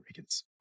Riggins